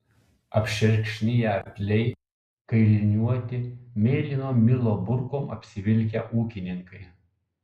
apšerkšniję arkliai kailiniuoti mėlyno milo burkom apsivilkę ūkininkai